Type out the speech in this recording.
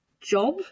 job